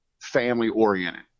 family-oriented